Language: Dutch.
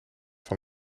van